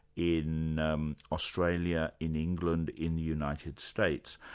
in um australia, in england, in the united states.